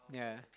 yeah